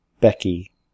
Becky